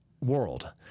world